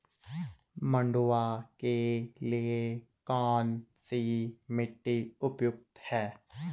मंडुवा के लिए कौन सी मिट्टी उपयुक्त है?